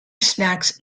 snacks